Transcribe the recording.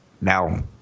Now